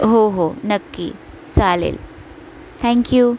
हो हो नक्की चालेल थँक्यू